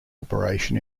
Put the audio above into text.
operation